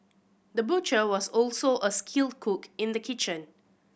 the butcher was also a skilled cook in the kitchen